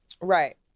Right